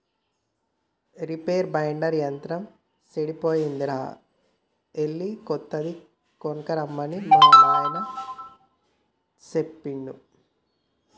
reaper binder యంత్రం సెడిపోయిందిరా ఎళ్ళి కొత్తది కొనక్కరమ్మని మా నాయిన సెప్పిండు